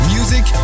Music